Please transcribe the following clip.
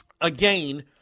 again